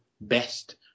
Best